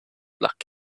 luck